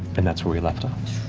and that's where we left off.